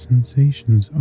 Sensations